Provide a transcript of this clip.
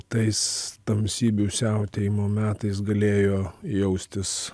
tais tamsybių siautėjimo metais galėjo jaustis